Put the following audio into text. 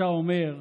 וכשאתה אומר,